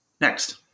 next